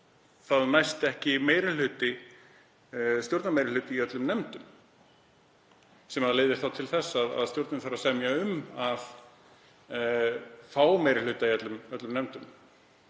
að ekki næst stjórnarmeirihluti í öllum nefndum sem leiðir þá til þess að stjórnin þarf að semja um að fá meiri hluta í öllum nefndum,